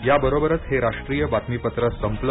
या बरोबरच हे राष्ट्रीय बातमीपत्र संपलं